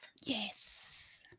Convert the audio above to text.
Yes